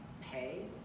pay